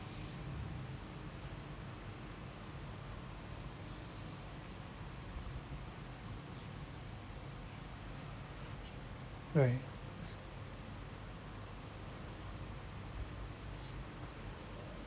right